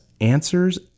Answers